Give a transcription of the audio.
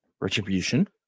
retribution